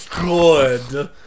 good